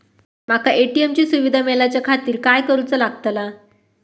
माका ए.टी.एम ची सुविधा मेलाच्याखातिर काय करूचा लागतला?